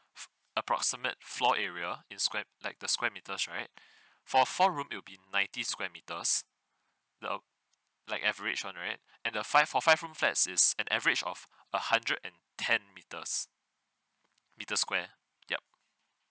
approximate floor area in square like the square meters right for four room it'll be ninety square meters the uh like average one right and the five for five room fats it's an average of a hundred and ten meters meter square yup